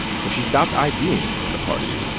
so she stopped iding with the party.